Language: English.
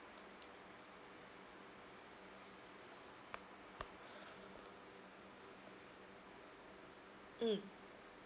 mm